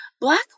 black